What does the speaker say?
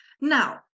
Now